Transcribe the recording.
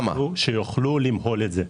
שיוכלו למהול את זה.